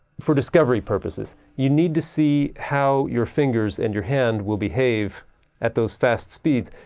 for discovery purposes. you need to see how your fingers and your hand will behave at those fast speeds,